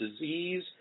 disease